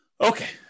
Okay